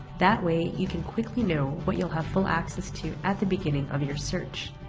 that way, you can quickly know what you'll have full access to at the beginning of your search.